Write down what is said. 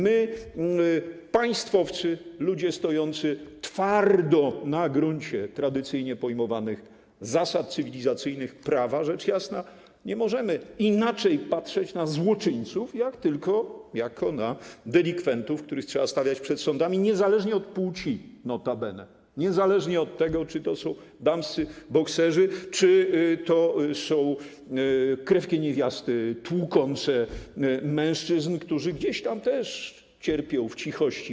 My, państwowcy, ludzie stojący twardo na gruncie tradycyjnie pojmowanych zasad cywilizacyjnych prawa, rzecz jasna, nie możemy inaczej patrzeć na złoczyńców niż jak na delikwentów, których trzeba stawiać przed sądami, niezależnie od płci notabene, niezależnie od tego, czy to są damscy bokserzy, czy to są krewkie niewiasty tłukące mężczyzn, którzy też gdzieś tam, po domach, cierpią w cichości.